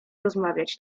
rozmawiać